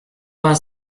vingt